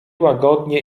łagodnie